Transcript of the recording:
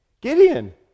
Gideon